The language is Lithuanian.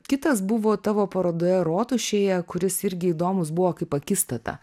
kitas buvo tavo parodoje rotušėje kuris irgi įdomus buvo kaip akistata